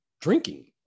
drinking